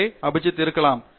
எனவே அபிஜித் இருக்கலாம்